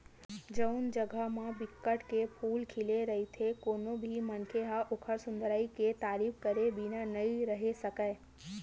जउन जघा म बिकट के फूल खिले दिखथे कोनो भी मनखे ह ओखर सुंदरई के तारीफ करे बिना नइ रहें सकय